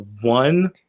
One